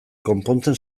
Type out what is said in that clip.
konpontzen